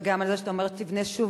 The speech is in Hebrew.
וגם על זה שאתה אומר שתפנה שוב,